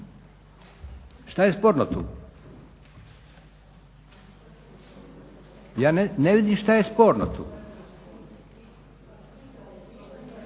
Što je sporno tu? Ja ne vidim što je sporno tu?